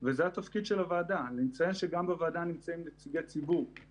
זאת אומרת שכשיש תיקון חקיקה או